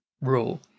rule